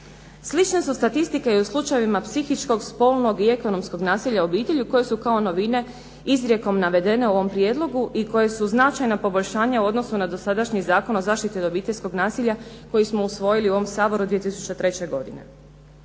Slične su statistike i u slučajevima psihičkog, spolnog i ekonomskog nasilja u obitelji koje su kao novina izrijekom navedene u ovom prijedlogu i koje su značajno poboljšanje u odnosu na dosadašnji Zakon o zaštiti od obiteljskog nasilja koji smo usvojili u ovom Saboru 2003. godine.